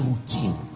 routine